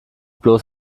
bloß